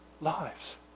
lives